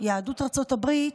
יהדות ארצות הברית,